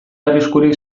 arriskurik